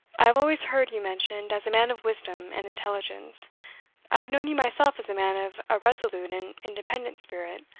i have always heard you mentioned as a man of wisdom and intelligence i have known you myself as a man of a resolute and independent spirit